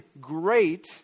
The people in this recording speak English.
great